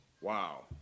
Wow